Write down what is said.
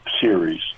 series